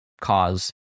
cause